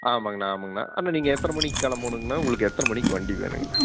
ஆமாங்கண்ணா ஆமாங்கண்ணா அண்ணா நீங்கள் எத்தனை மணிக்கு கிளம்பணுங்கண்ணா உங்களுக்கு எத்தனை மணிக்கு வண்டி வேணுங்கண்ணா